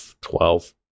Twelve